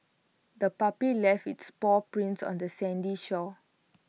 the puppy left its paw prints on the sandy shore